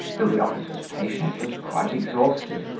till the officer's patience was quite exhausted,